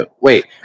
wait